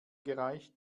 gereicht